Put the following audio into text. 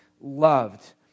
loved